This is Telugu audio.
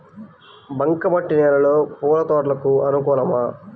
బంక మట్టి నేలలో పూల తోటలకు అనుకూలమా?